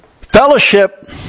fellowship